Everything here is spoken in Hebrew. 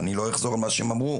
אני לא אחזור על מה שהם אמרו.